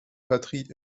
patrie